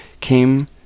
came